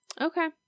okay